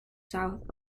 south